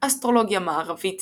אסטרולוגיה מערבית